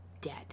dead